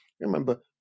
Remember